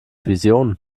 visionen